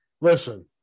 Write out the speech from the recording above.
listen